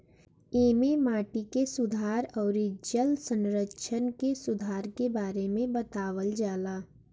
एमे माटी के सुधार अउरी जल संरक्षण के सुधार के बारे में बतावल जाला